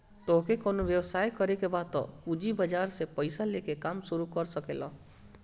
तोहके कवनो व्यवसाय करे के बा तअ पूंजी बाजार से पईसा लेके काम शुरू कर सकेलअ